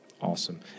Awesome